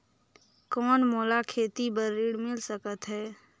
कौन मोला खेती बर ऋण मिल सकत है?